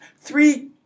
three